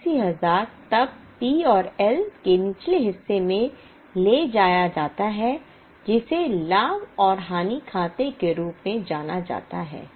यह 880 तब P और L के निचले हिस्से में ले जाया जाता है जिसे लाभ और हानि खाते के रूप में जाना जाता है